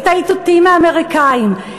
את האיתותים מהאמריקנים,